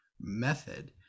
method